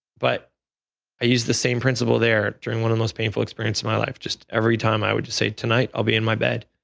but i use the same principle there during one of the most painful experience of my life just every time i would say tonight, i'll be on my bed.